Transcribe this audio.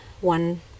one